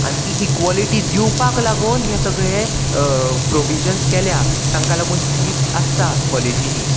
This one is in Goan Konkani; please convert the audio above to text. आनी ती इक्वॉलिटी दिवपाक लागोन हे सगळे प्रोविजन्स केल्या तांकां लागून सीट्स आसता कॉलेजींनी